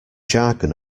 jargon